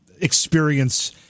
experience